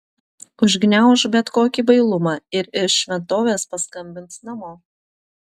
užgniauš bet kokį bailumą ir iš šventovės paskambins namo